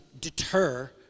deter